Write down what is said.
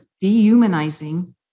dehumanizing